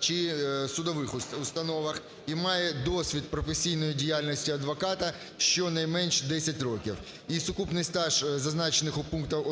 чи судових установах і має досвід професійної діяльності адвоката щонайменш 10 років. І сукупний стаж зазначених у пунктах